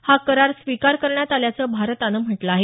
हा करार स्वीकारत करण्यात आल्याचं भारतानं म्हटलं आहे